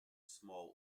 small